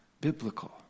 biblical